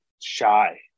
shy